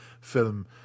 film